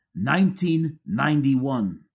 1991